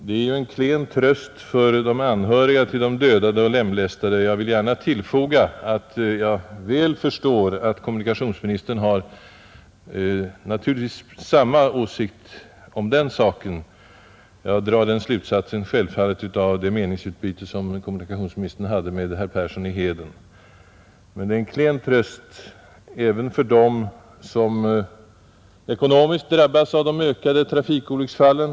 Det är ju en klen tröst för de anhöriga till de dödade och lemlästade. Jag vill gärna tillfoga att jag väl förstår att kommunikationsministern naturligtvis har samma åsikt om den saken — jag drar den självfallna slutsatsen av det meningsutbyte som kommunikationsministern hade med herr Persson i Heden. Men det är en klen tröst även för dem som ekonomiskt drabbas av de ökade trafikolycksfallen.